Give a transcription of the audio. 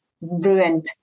ruined